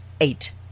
eight